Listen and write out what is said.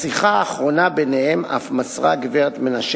בשיחה האחרונה ביניהם אף מסרה גברת מנשה